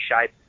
shape